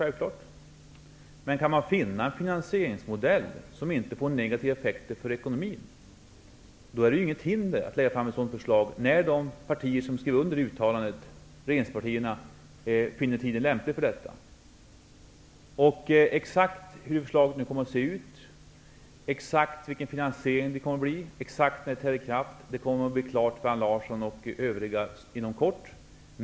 Men om man kan finna en finansieringsmodell som inte får negativa effekter för ekonomin, finns det ingenting som hindrar att man lägger fram ett sådant förslag, när de partier som skrev under uttalandet finner tiden vara lämlig för detta. Exakt hur förslaget kommer att se ut, exakt vilken finansiering det kommer att bli och exakt när det träder i kraft kommer att stå klart för Allan Larsson och övriga inom kort.